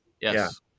Yes